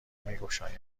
میگشایند